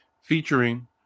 featuring